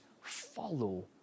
follow